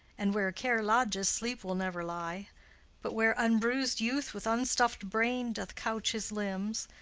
and where care lodges sleep will never lie but where unbruised youth with unstuff'd brain doth couch his limbs,